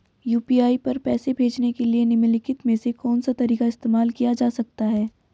UPI पर पैसे भेजने के लिए निम्नलिखित में से कौन सा तरीका इस्तेमाल किया जा सकता है?